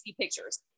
pictures